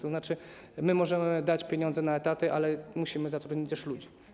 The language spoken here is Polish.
To znaczy, że my możemy dać pieniądze na etaty, ale musimy zatrudnić też ludzi.